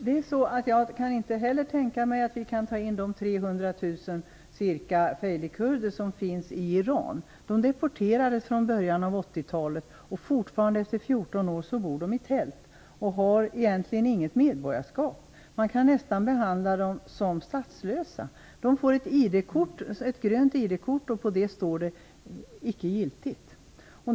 Fru talman! Jag kan inte heller tänka mig att vi kan ta emot de ca 300 000 feilikurder som finns i Iran. De deporterades i början av 80-talet, och fortfarande efter 14 år bor de i tält. De har egentligen inget medborgarskap. Man kan nästan behandla dem som statslösa. De får ett grönt ID-kort. På det står det "icke giltigt".